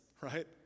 right